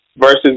versus